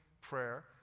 prayer